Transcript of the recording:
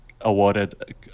awarded